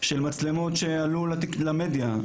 של מצלמות שעלו למדיה,